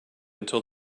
until